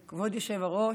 היושב-ראש,